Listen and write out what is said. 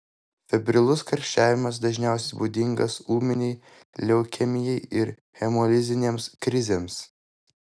febrilus karščiavimas dažniausiai būdingas ūminei leukemijai ir hemolizinėms krizėms